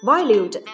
Valued